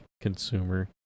consumer